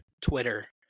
Twitter